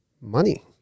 money